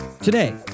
Today